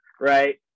right